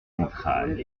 entrailles